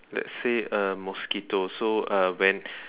let's say a mosquito so uh when